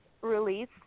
release